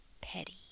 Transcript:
petty